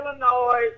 Illinois